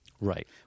Right